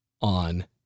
on